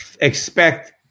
expect